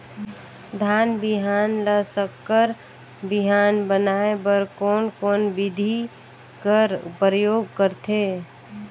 धान बिहान ल संकर बिहान बनाय बर कोन कोन बिधी कर प्रयोग करथे?